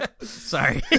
Sorry